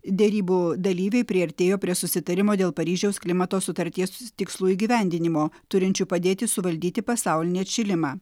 derybų dalyviai priartėjo prie susitarimo dėl paryžiaus klimato sutarties tikslų įgyvendinimo turinčių padėti suvaldyti pasaulinį atšilimą